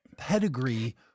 Pedigree